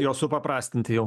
jos supaprastinti jau